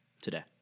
Today